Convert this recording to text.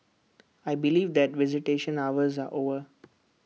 I believe that visitation hours are over